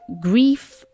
grief